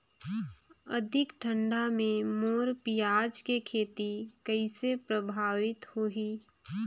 अधिक ठंडा मे मोर पियाज के खेती कइसे प्रभावित होही?